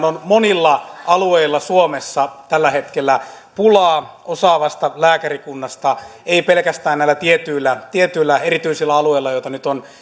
on monilla alueilla suomessa tällä hetkellä pulaa osaavasta lääkärikunnasta ei pelkästään näillä tietyillä tietyillä erityisillä alueilla joita nyt on